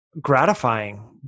gratifying